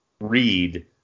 read